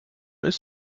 ist